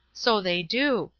so they do.